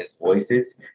voices